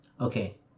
Okay